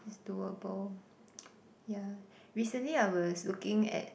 it's doable yeah recently I was looking at